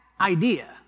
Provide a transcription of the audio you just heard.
idea